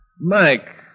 Mike